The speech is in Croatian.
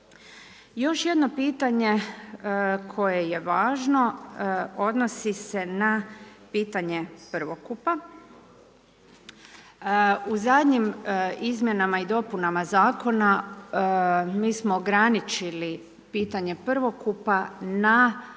Još jedno pitanje koje je važno, odnosi se na pitanje prvokupa. U zadnjim izmjenama i dopunama Zakona mi smo ograničili pitanje prvokupa na